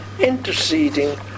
interceding